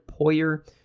Poyer